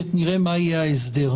כי נראה מה יהיה ההסדר,